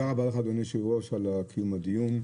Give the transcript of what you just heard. תודה רבה לך אדוני היושב ראש על קיום הדיון,